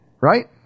right